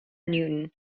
newton